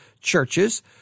churches